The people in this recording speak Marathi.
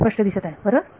स्पष्ट दिसत आहे बरोबर